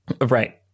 Right